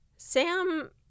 sam